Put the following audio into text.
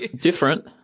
different